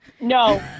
no